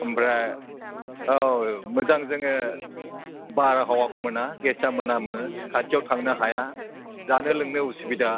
ओमफ्राय औ मोजां जोङो बारहावाखौ मोना गेसआ मोनामो खाथियाव थांनो हाया जानो लोंनो असुबिदा